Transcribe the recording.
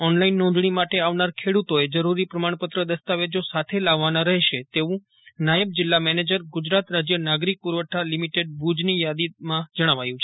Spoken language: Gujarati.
ઓનલાઇન નોંધણી માટે આવનાર ખેડૂતોએ જરૂરી પ્રમાણપત્ર દસ્તાવેજો સાથે લાવવાના રહેશે તેવું નાયબ જિલ્લા મેનેજર ગુજરાત રાજ્ય નાગરિક પુરવઠા લીમીટેડ ભુજની યાદીમાં દ્વારા જણાવાયું છે